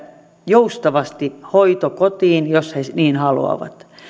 joustavasti hoitokotiin jos he niin haluavat